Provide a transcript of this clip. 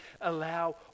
allow